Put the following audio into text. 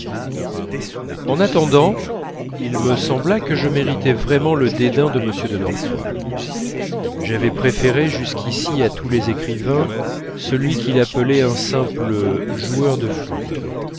en attendant il me sembla que je méritais vraiment le dédain de m de norpois j'avais préféré jusqu'ici à tous les écrivains celui qu'il appelait un simple joueur de flûte